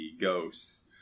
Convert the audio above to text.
ghosts